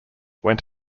went